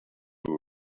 and